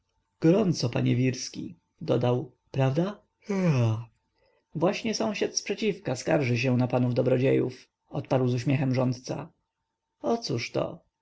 gorąco panie wirski dodał prawda aaa właśnie sąsiad z przeciwka skarży się na panów dobrodziejów odparł z uśmiechem rządca o cóżto że